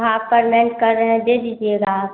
half payment कर रहें दे दीजिएगा आप